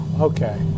okay